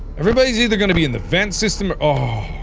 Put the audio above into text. everybody's either gonna be in the vent system ah